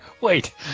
wait